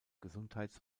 gesundheits